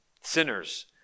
sinners